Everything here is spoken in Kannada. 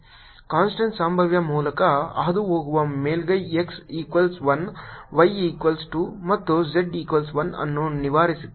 ಕಾನ್ಸ್ಟಂಟ್ ಸಂಭಾವ್ಯ ಮೂಲಕ ಹಾದುಹೋಗುವ ಮೇಲ್ಮೈ x ಈಕ್ವಲ್ಸ್ 1 y ಈಕ್ವಲ್ಸ್ 2 ಮತ್ತು z ಈಕ್ವಲ್ಸ್ 1 ಅನ್ನು ವಿವರಿಸುತ್ತದೆ